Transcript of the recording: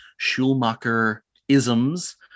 Schulmacher-isms